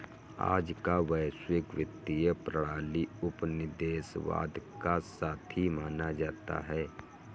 आज का वैश्विक वित्तीय प्रणाली उपनिवेशवाद का साथी माना जाता है